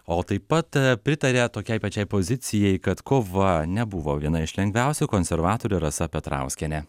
o taip pat pritaria tokiai pačiai pozicijai kad kova nebuvo viena iš lengviausių konservatorė rasa petrauskienė